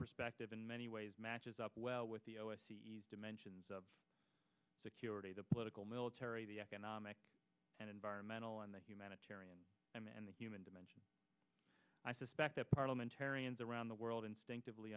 perspective in many ways matches up well with the these dimensions of security the political military the economic and environmental and the humanitarian and the human dimension i suspect that parliamentarians around the world instinctively